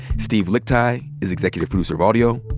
steve lickteig is executive producer of audio.